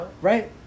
right